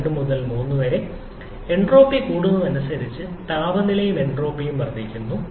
2 മുതൽ 3 വരെ എൻട്രോപ്പി കൂടുന്നതിനനുസരിച്ച് താപനിലയും എൻട്രോപ്പിയും വർദ്ധിക്കുന്നു